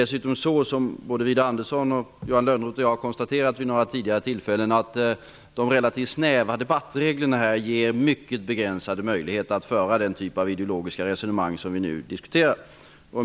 Som både Widar Andersson, Johan Lönnroth och jag har konstaterat vid några tidigare tillfällen ger de relativt snäva debattreglerna mycket begränsade möjligheter att föra den typ av ideologiska resonemang som vi nu för.